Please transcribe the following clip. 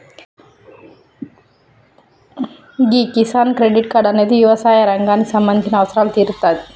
గీ Kisan credit card అనేది యవసాయ రంగానికి సంబంధించిన అవసరాలు తీరుత్తాది